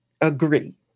agree